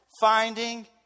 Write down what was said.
finding